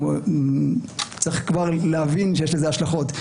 צריך להבין שכבר יש לזה השלכות.